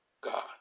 God